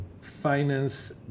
finance